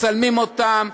מצלמים אותן,